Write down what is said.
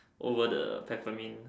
over the Peppermint